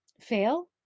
fail